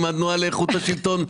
אם התנועה לאיכות השלטון רוצה בו.